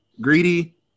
greedy